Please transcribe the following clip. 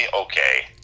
okay